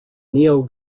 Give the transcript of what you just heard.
neo